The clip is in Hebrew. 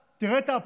תראה את האבסורד: